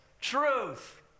truth